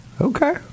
Okay